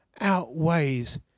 outweighs